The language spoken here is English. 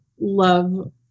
love